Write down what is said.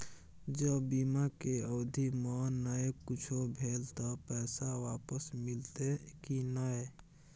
ज बीमा के अवधि म नय कुछो भेल त पैसा वापस मिलते की नय?